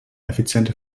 effiziente